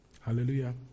Hallelujah